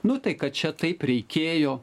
nu tai kad čia taip reikėjo